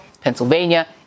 Pennsylvania